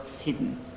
hidden